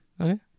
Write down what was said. Okay